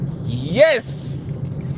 Yes